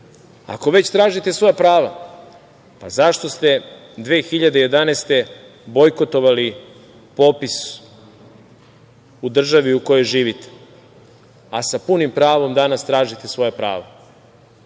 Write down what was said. Ako već tražite neka prava, pa zašto ste 2011. godine bojkotovali popis u državi u kojoj živite, a sa punim pravom danas tražite svoja prava.